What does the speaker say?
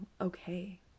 okay